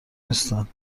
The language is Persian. نیستن